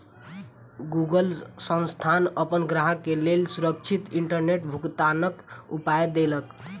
Google संस्थान अपन ग्राहक के लेल सुरक्षित इंटरनेट भुगतनाक उपाय देलक